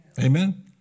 Amen